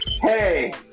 Hey